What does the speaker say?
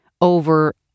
over